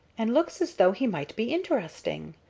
and looks as though he might be interesting.